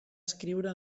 escriure